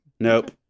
Nope